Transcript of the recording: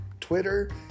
Twitter